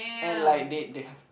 and like they they have